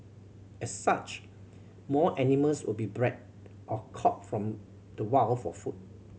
as such more animals will be bred or caught from the wild for food